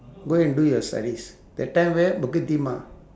go and do your studies that time where bukit timah